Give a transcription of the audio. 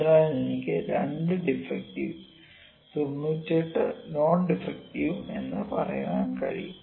അതിനാൽ എനിക്ക് 2 defective 98 non ഡിഫെക്ടിവും എന്നും പറയാൻ കഴിയും